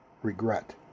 regret